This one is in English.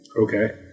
Okay